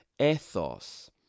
ethos